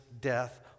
death